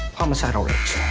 homicidal rage.